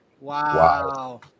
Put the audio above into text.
Wow